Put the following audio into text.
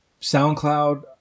SoundCloud